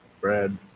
bread